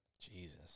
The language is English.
Jesus